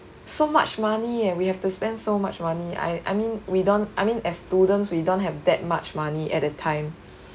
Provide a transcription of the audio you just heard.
so much money eh we have to spend so much money I I mean we don't I mean as students we don't have that much money at the time